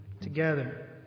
together